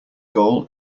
goal